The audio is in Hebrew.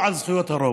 לא על זכויות הרוב.